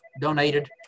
donated